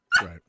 Right